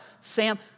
Sam